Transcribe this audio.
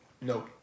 no